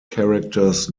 characters